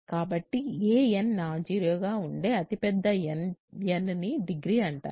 కాబట్టి a n non జీరోగా ఉండే అతిపెద్ద n ని డిగ్రీ అంటారు